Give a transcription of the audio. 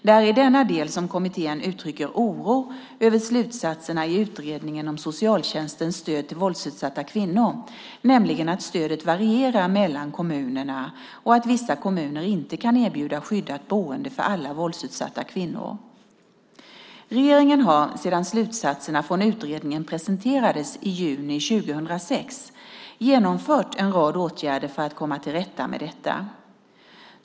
Det är i denna del som kommittén uttrycker oro över slutsatserna i utredningen om socialtjänstens stöd till våldsutsatta kvinnor, nämligen att stödet varierar mellan kommunerna och att vissa kommuner inte kan erbjuda skyddat boende för alla våldsutsatta kvinnor. Regeringen har, sedan dess att slutsatserna från utredningen presenterades i juni 2006, genomfört en rad åtgärder för att komma till rätta med detta.